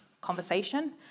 conversation